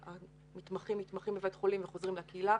המתמחים מתמחים בבית חולים וחוזרים לקהילה,